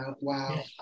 Wow